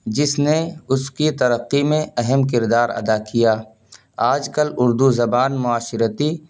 جس نے اس کی ترقّی میں اہم کردار ادا کیا آج کل اردو زبان معاشرتی